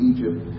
Egypt